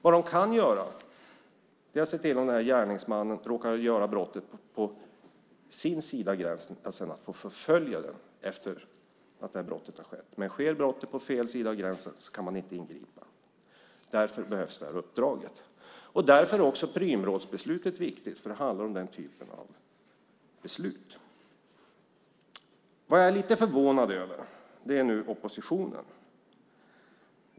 Vad polisen kan göra är att om gärningsmannen råkar utföra brottet på den sidan gränsen polisen är förfölja gärningsmannen efter att brottet har skett. Men om brottet sker på fel sida av gränsen kan polisen inte ingripa. Därför behövs uppdraget. Därför är Prümrådsbeslutet viktigt. Det handlar om den typen av beslut. Jag är lite förvånad över oppositionen.